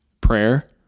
Prayer